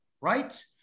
right